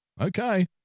okay